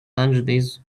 angeles